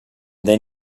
then